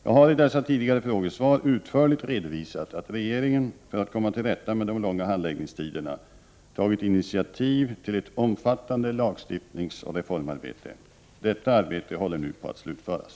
Jag har i dessa tidigare frågesvar utförligt redovisat att regeringen, för att komma till rätta med de långa handläggningstiderna, tagit initiativ till ett omfattande lagstiftningsoch reformarbete. Detta arbete håller nu på att slutföras.